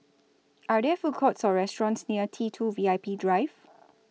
Are There Food Courts Or restaurants near T two V I P Drive